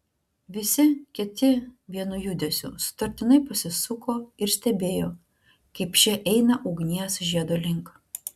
visi kiti vienu judesiu sutartinai pasisuko ir stebėjo kaip šie eina ugnies žiedo link